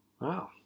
Wow